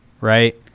right